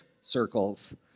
circles